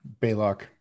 Baylock